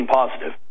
positive